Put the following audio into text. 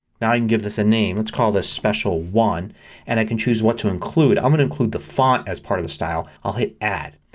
now i can give this a name. let's call this special one and i can choose what to include. i want to include the font as part of the style. ah hit add.